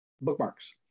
bookmarks